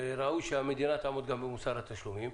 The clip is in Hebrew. וראוי גם שהמדינה תעמוד גם במוסר התשלומים,